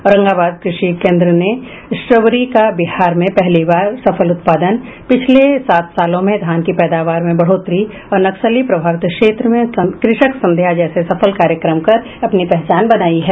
औरंगाबाद कृषि केन्द्र ने स्ट्रोबेरी का बिहार में पहली बार सफल उत्पादन पिछले सात सालों में धान की पैदावार में बढोतरी और नक्सली प्रभावित क्षेत्र में कृषक संध्या जैसे सफल कार्यक्रम कर अपनी पहचान बनायी है